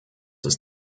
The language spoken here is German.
ist